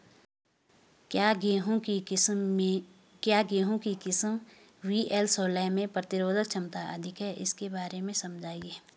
क्या गेहूँ की किस्म वी.एल सोलह में प्रतिरोधक क्षमता अधिक है इसके बारे में समझाइये?